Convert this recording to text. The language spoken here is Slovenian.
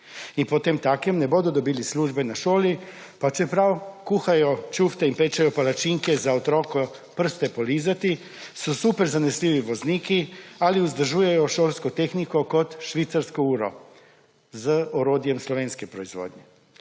in potemtakem ne bodo dobili službe na šoli, pa čeprav kuhajo čufte in pečejo palačinke za otroke za prste polizati, so super zanesljivi vozniki ali vzdržujejo šolsko tehniko kot švicarsko uro z orodjem slovenske proizvodnje.